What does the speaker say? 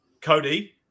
Cody